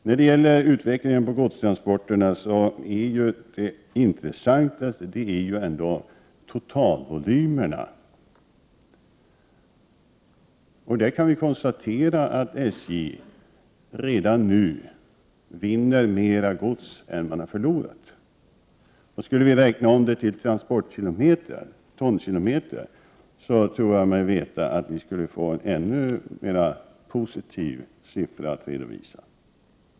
I fråga om utvecklingen av godstransporterna är det intressantaste totalvolymerna. Man kan då konstatera att SJ redan nu vinner mer gods än det förlorar. Skulle man räkna om det till tonkilometrar, tror jag mig veta att siffran skulle visa sig vara ännu mer positiv.